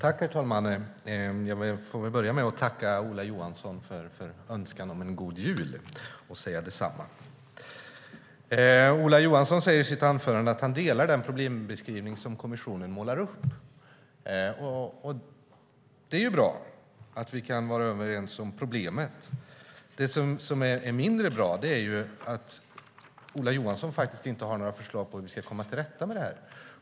Herr talman! Jag får börja med att tacka Ola Johansson för önskan om en god jul och önska detsamma. Ola Johansson säger i sitt anförande att han delar den problembeskrivning som kommissionen målar upp. Det är bra att vi kan vara överens om vad som är problemet. Det som är mindre bra är att Ola Johansson inte har några förslag på hur vi ska komma till rätta med det.